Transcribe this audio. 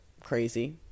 crazy